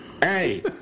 hey